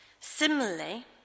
Similarly